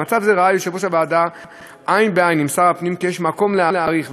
במצב זה ראה יושב-ראש הוועדה עין בעין עם שר הפנים כי יש מקום להאריך,